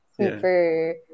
super